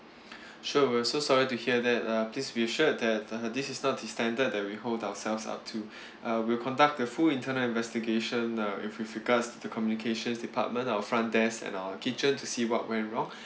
sure we are so sorry to hear that uh please be assured that uh this is not the standard that we hold ourselves up to uh we'll conduct a full internal investigation uh if with regards to communications department our front desk and our kitchen to see what went wrong